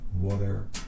water